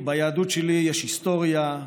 וביהדות שלי יש היסטוריה,